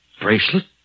Bracelet